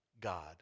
God